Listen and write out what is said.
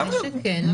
בוודאי שכן.